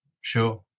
Sure